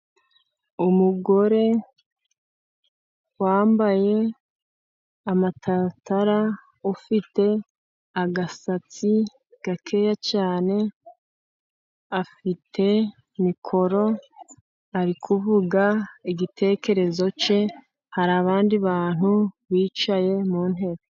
Umugore wambaye amataratara, afite agasatsi gakeya cyane, afite mikoro ari kuvuga igitekerezo cye. Hari abandi bantu bicaye mu ntebe.